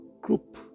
group